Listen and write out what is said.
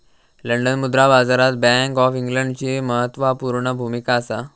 London मुद्रा बाजारात bank of इंग्लंडची म्हत्त्वापूर्ण भुमिका असा